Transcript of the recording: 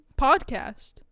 Podcast